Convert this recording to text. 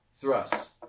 thrusts